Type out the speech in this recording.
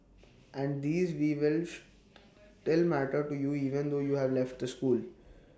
and these we'll wish that matter to you even though you have left the school